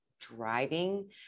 driving